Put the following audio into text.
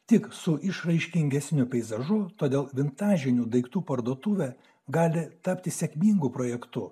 tik su išraiškingesniu peizažu todėl vintažinių daiktų parduotuvė gali tapti sėkmingu projektu